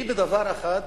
היא בדבר אחד,